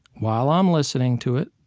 while i'm listening to it,